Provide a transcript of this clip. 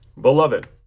beloved